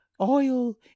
oil